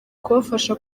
kubafasha